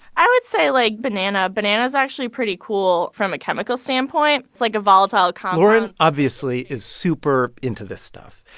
i would say, like, banana. banana is actually pretty cool from a chemical standpoint. it's, like, a volatile compound lauren, obviously, is super into this stuff.